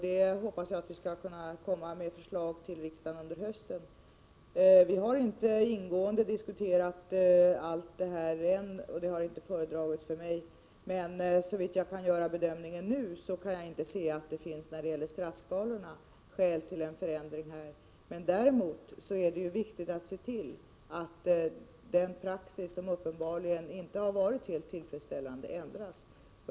Jag hoppas att vi skall kunna komma med ett förslag till riksdagen under hösten. Visserligen har vi ännu inte ingående diskuterat allt material, och det har inte föredragits för mig, men såvitt jag nu kan bedöma kan jag inte se att det finns skäl till en förändring av straffskalorna. Däremot är det ju viktigt att se till att den praxis som uppenbarligen inte har varit helt tillfredsställande ändras.